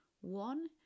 One